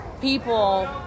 people